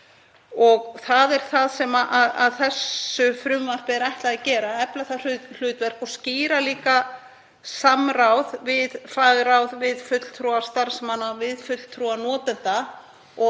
Það er það sem þessu frumvarpi er ætlað að gera, að efla það hlutverk og skýra líka samráð við fagráð, við fulltrúa starfsmanna og við fulltrúa notenda.